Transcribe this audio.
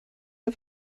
der